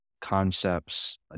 concepts